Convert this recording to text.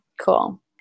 Cool